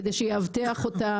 כדי שיאבטח אותה,